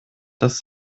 dass